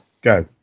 Go